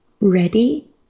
ready